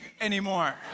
anymore